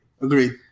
Agreed